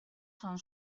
son